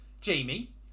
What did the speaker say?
Jamie